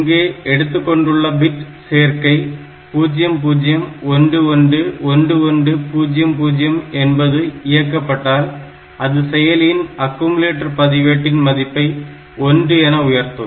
இங்கே எடுத்துக் கொண்டுள்ள பிட் சேர்க்கை 0011 1100 என்பது இயக்கப்பட்டால் அது செயலியின் அக்குமுலேட்டர் பதிவேட்டின் மதிப்பை 1 என உயர்த்தும்